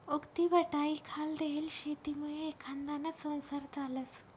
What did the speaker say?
उक्तीबटाईखाल देयेल शेतीमुये एखांदाना संसार चालस